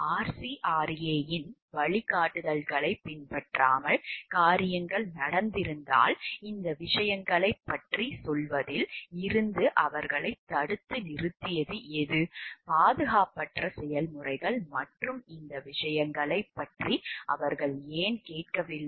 RCRA வின் வழிகாட்டுதல்களைப் பின்பற்றாமல் காரியங்கள் நடந்திருந்தால் இந்த விஷயங்களைப் பற்றிச் சொல்வதில் இருந்து அவர்களைத் தடுத்து நிறுத்தியது எது பாதுகாப்பற்ற செயல்முறைகள் மற்றும் இந்த விஷயங்களைப் பற்றி அவர்கள் ஏன் கேட்கவில்லை